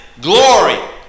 glory